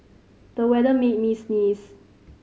the weather made me sneeze